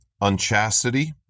unchastity